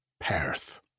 Perth